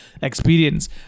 experience